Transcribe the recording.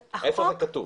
איפה זה כתוב?